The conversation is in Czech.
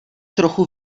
trochu